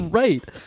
right